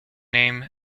name